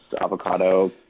avocado